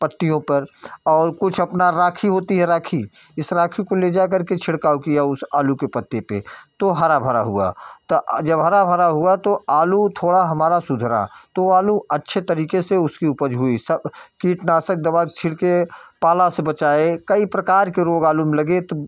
पत्तियों पर और कुछ अपना राखी होती है राखी इस राखी को ले जा करके छिड़काव किया उस आलू के पत्ते पर तो हरा भरा हुआ तो जब हरा भरा हुआ तो आलू थोड़ा हमारा सुधरा तो आलू अच्छे तरीके से उसकी उपज हुई स कीटनाशक दवा छिड़के पाला से बचाए कई प्रकार के रोग आलू में लगे तो